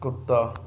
ਕੁੱਤਾ